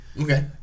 okay